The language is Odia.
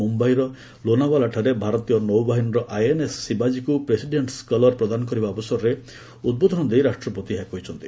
ମୁମ୍ଭାଇର ଲୋନାବାଲାଠାରେ ଭାରତୀୟ ନୌବାହିନୀର ଆଇଏନ୍ଏସ୍ ଶିବାଜୀକୁ ପ୍ରେସିଡେଣ୍ଟ୍ସ କଲର ପ୍ରଦାନ କରିବା ଅବସରରେ ଉଦ୍ବୋଧନଦେଇ ରାଷ୍ଟ୍ରପତି ଏହା କହିଛନ୍ତି